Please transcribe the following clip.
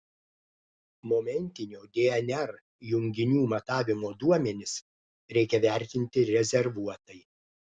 momentinio dnr junginių matavimo duomenis reikia vertinti rezervuotai